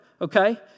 okay